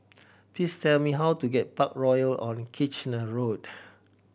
please tell me how to get Parkroyal on Kitchener Road